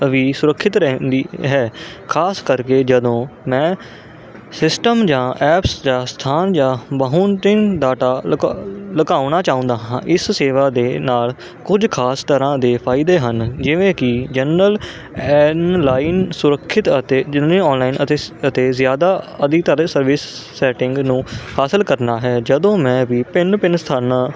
ਵੀ ਸੁਰਖਿਅਤ ਰਹਿੰਦੀ ਹੈ ਖ਼ਾਸ ਕਰਕੇ ਜਦੋਂ ਮੈਂ ਸਿਸਟਮ ਜਾਂ ਐਪਸ ਜਾਂ ਸਥਾਨ ਜਾਂ ਬਹੂਤਿਨ ਡਾਟਾ ਲਕਾ ਲੁਕਾਉਣਾ ਚਾਹੁੰਦਾ ਹਾਂ ਇਸ ਸੇਵਾ ਦੇ ਨਾਲ ਕੁਝ ਖ਼ਾਸ ਤਰ੍ਹਾਂ ਦੇ ਫ਼ਾਇਦੇ ਹਨ ਜਿਵੇਂ ਕਿ ਜਨਰਲ ਐਨ ਲਾਈਨ ਸੁਰੱਖਿਅਤ ਅਤੇ ਜਿਵੇਂ ਆਨਲਾਈਨ ਅਤੇ ਅਤੇ ਜ਼ਿਆਦਾ ਦੇ ਸਰਵਿਸ ਸੈਟਿੰਗ ਨੂੰ ਹਾਸਲ ਕਰਨਾ ਹੈ ਜਦੋਂ ਮੈਂ ਵੀ ਭਿੰਨ ਭਿੰਨ ਸਥਾਨਾਂ